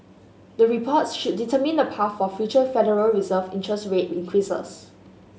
the reports should determine the path for future Federal Reserve interest rate increases